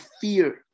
fear